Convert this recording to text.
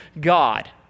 God